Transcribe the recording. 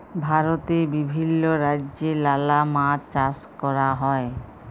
ভারতে বিভিল্য রাজ্যে লালা মাছ চাষ ক্যরা হ্যয়